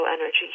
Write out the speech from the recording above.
energy